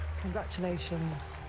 Congratulations